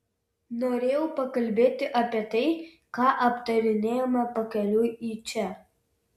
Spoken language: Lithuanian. norėjau pakalbėti apie tai ką aptarinėjome pakeliui į čia